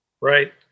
Right